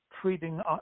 treating